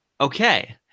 Okay